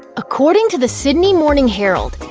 according to the sydney morning herald,